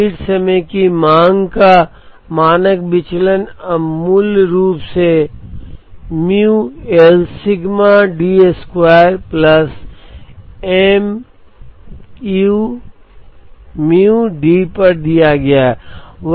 lead समय की मांग का मानक विचलन अब मूल रूप से mu L sigma D square plus mu D पर दिया गया है